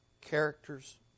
characters